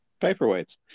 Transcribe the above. Paperweights